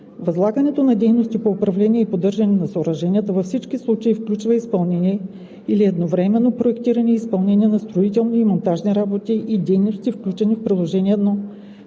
Възлагането на дейностите по управление и поддържане на съоръженията във всички случаи включва изпълнение или едновременно проектиране и изпълнение на строителни и монтажни работи и дейности, включени в Приложение №